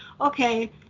okay